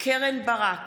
קרן ברק,